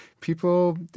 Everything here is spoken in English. people